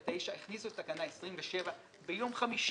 ל-29 הכניסו תקנה 27 ביום חמישי,